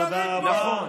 תודה רבה.